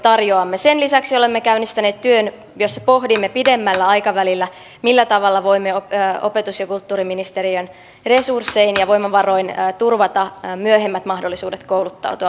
sen lisäksi olemme käynnistäneet työn jossa pohdimme pidemmällä aikavälillä millä tavalla voimme opetus ja kulttuuriministeriön resurssein ja voimavaroin turvata meidän maahanmuuttajille myöhemmät mahdollisuudet kouluttautua